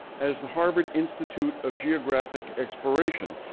as a harvard institute of geographic exploration.